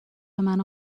منو